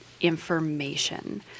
information